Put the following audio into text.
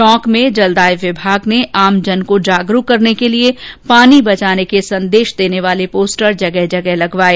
टोंक में जलदाय विभाग ने आमजन को जागरूक करने के लिये पानी बचाने के संदेश वाले पोस्टर जगह जगह लगवाये